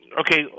okay